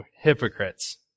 hypocrites